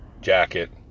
jacket